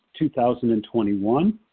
2021